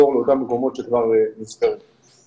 תראה איך שהשכן ההוא תופס את הילדים והולך איתם לגינה.